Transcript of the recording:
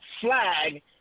flag